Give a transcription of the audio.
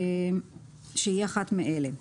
שהיא אחת מאלה: